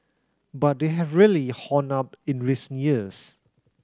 but they have really honed up in recent years